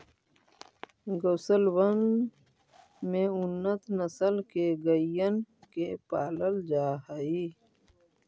गौशलबन में उन्नत नस्ल के गइयन के पालल जा हई